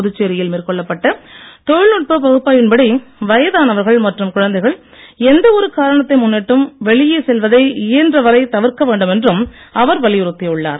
புதுச்சேரியில் மேற்கொள்ளப்பட்ட தொழில்நுட்ப பகுப்பாய்வின்படி வயதானவர்கள் மற்றும் குழந்தைகள் எந்த ஒரு காரணத்தை முன்னிட்டும் வெளியே செல்வதை இயன்ற வரை தவிர்க்க வேண்டும்என்றும் அவர் வலியுறுத்தியுள்ளார்